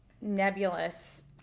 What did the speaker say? nebulous